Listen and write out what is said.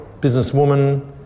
businesswoman